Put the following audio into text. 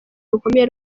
rukomeye